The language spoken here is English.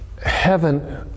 Heaven